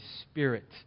Spirit